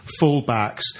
fullbacks